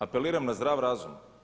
Apeliram na zdrav razum.